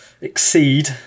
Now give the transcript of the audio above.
exceed